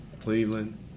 Cleveland